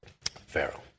Pharaoh